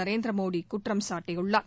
நரேந்திர மோடி குற்றம் சாட்டியுள்ளார்